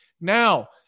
Now